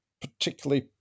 particularly